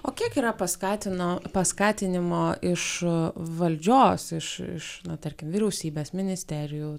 o kiek yra paskatino paskatinimo iš valdžios iš iš na tarkim vyriausybės ministerijų